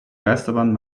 geisterbahn